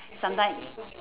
sometimes